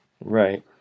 Right